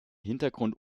hintergrund